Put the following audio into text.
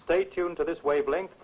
stay tuned to this wavelength